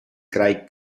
craig